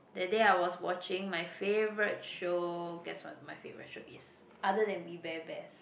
that day I was watching my favourite show guess what my favourite show is other than We-Bare-Bears